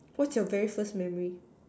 what's your very first memory